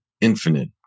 infinite